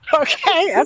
Okay